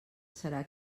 serà